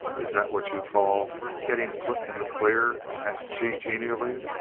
is that what you call getting put in the clear? asked she, genially.